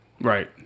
right